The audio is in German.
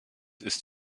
ist